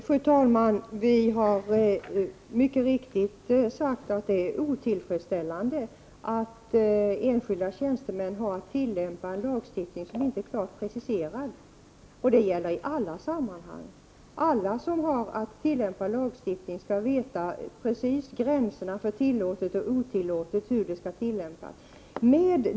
Fru talman! Det är mycket riktigt att vi har sagt att det är otillfredsställande att enskilda tjänstemän har att tillämpa en lagstiftning som inte är klart preciserad. Det gäller i alla sammanhang. Alla som har att tillämpa lagstiftningen skall veta precis var gränsen går för vad som är tillåtet resp. otillåtet.